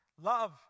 Love